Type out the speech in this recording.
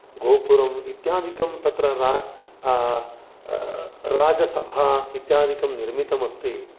गोपुरम् इत्यादिकं तत्र रा राजसभा इत्यादिकं निर्मितम् अस्ति